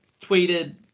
tweeted